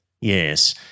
Yes